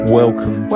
welcome